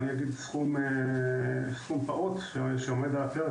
אני אגיד "סכום פעוט" שעומד על הפרק,